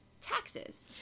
taxes